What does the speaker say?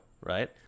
right